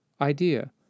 idea